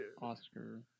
Oscar